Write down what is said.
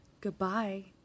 Goodbye